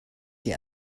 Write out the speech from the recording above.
die